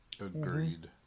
Agreed